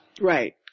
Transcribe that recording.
right